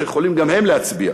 שיכולים גם הם להצביע.